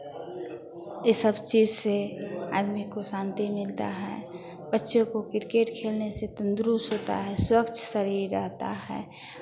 ई सब चीज़ से आदमी को शांति मिलता है बच्चों को क्रिकेट खेलने से तन्दुरुस्त होता है स्वच्छ शरीर रहता है